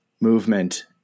movement